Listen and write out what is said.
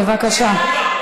בבקשה.